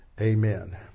Amen